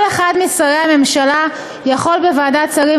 כל אחד משרי הממשלה יכול, בוועדת שרים